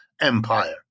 Empire